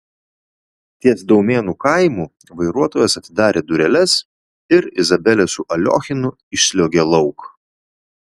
ties daumėnų kaimu vairuotojas atidarė dureles ir izabelė su aliochinu išsliuogė lauk